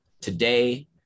Today